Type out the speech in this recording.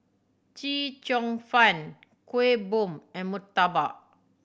Chee Cheong Fun Kuih Bom and murtabak